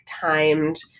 timed